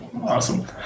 Awesome